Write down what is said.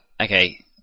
Okay